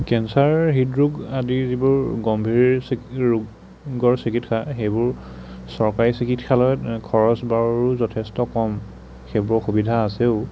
cancer হৃদৰোগ আদি যিবোৰ গম্ভীৰ ৰোগৰ চিকিৎসা সেইবোৰ চৰকাৰী চিকিৎসালয়ত খৰচ বাৰু যথেষ্ট কম সেইবোৰৰ সুবিধা আছেও